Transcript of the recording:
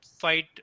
fight